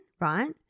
right